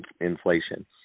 inflation